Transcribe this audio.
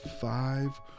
five